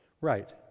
Right